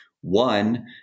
One